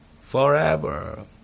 Forever